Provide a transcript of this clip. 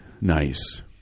nice